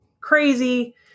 Crazy